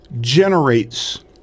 generates